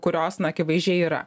kurios na akivaizdžiai yra